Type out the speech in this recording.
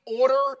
order